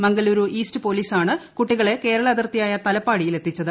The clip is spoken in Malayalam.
മംഗ്ലൂരു ഈസ്റ്റ് പൊലീസാണ് കുട്ടികളെ കേരള അതിർത്തിയായ തലപ്പാടിയിൽ എത്തിച്ചത്